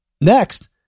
Next